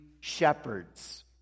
shepherds